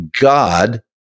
God